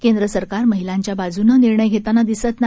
केंद्रसरकार महिलांच्या बाजूनी निर्णय घेताना दिसत नाही